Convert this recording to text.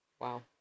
Wow